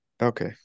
Okay